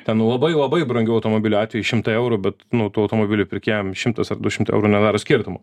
ten labai labai brangių automobilių atveju šimtai eurų bet nu tų automobilių pirkėjam šimtas ar du šimtai eurų nedaro skirtumo